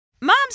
Moms